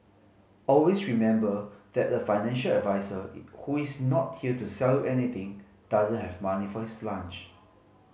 always remember that the financial advisor who is not here to sell anything doesn't have money for his lunch